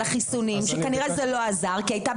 על החיסונים שכנראה זה לא עזר כי הייתה